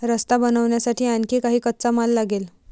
रस्ता बनवण्यासाठी आणखी काही कच्चा माल लागेल